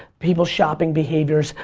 people shopping behaviors,